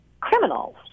criminals